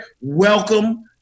welcome